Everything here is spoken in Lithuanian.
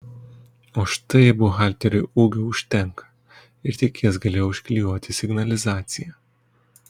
o štai buhalteriui ūgio užtenka ir tik jis galėjo užklijuoti signalizaciją